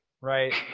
right